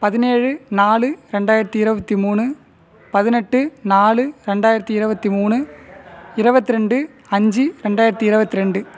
பதினேழு நாலு ரெண்டாயிரத்தி இருபத்தி மூணு பதினெட்டு நாலு ரெண்டாயிரத்தி இருபத்தி மூணு இருபத்ரெண்டு அஞ்சு ரெண்டாயிரத்தி இருபத்து ரெண்டு